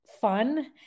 fun